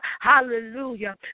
hallelujah